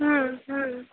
হুম হুম